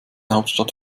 hauptstadt